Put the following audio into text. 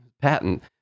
patent